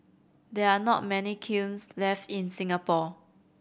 there are not many kilns left in Singapore